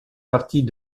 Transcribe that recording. partie